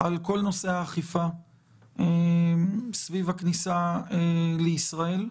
על כל נושא האכיפה סביב הכניסה לישראל.